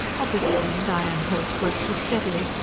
opposite him, diane holt worked as steadily,